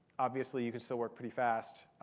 obviously, you can still work pretty fast.